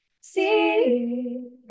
see